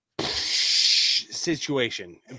situation